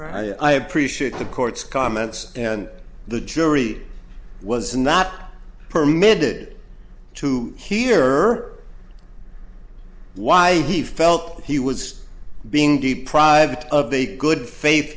right i appreciate the court's comments and the jury was not permitted to hear why he felt he was being deprived of the good faith